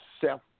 self